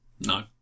No